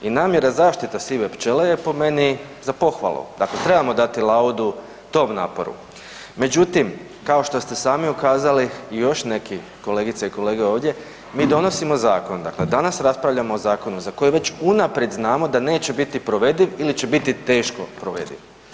I namjera zaštite sive pčele je po meni za pohvalu, dakle trebamo dati laudu tom naporu, međutim, kao što ste sami ukazali i još neki kolegice i kolege ovdje, mi donosimo zakon, dakle danas raspravljamo o zakonu za koji već unaprijed znamo da neće biti provediv ili će biti teško provediv.